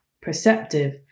perceptive